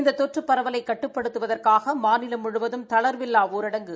இந்த தொற்று பரவலை கட்டுப்படுத்துவதற்காக மாநிலம் முழுவதும் தளா்வில்லா ஊரடங்கு